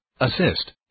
assist